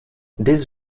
this